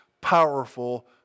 powerful